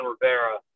Rivera